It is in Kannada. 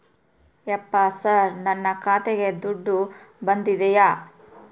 ಯಪ್ಪ ಸರ್ ನನ್ನ ಖಾತೆಗೆ ದುಡ್ಡು ಬಂದಿದೆಯ?